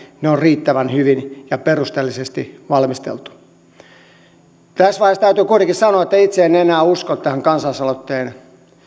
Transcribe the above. ne on riittävän hyvin ja perusteellisesti valmisteltu tässä vaiheessa täytyy kuitenkin sanoa että itse en enää usko tähän kansalaisaloitteen